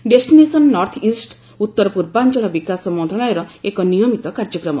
destination northeast ଉତ୍ତର ପୂର୍ବାଞ୍ଚଳ ବିକାଶ ମନ୍ତ୍ରଣାଳୟର ଏକ ନିୟମିତ କାର୍ଯ୍ୟକ୍ରମ